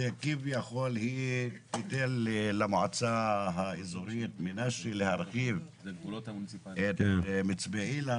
היא תיתן למועצה האזורית מנשה להרחיב את מצפה אילן.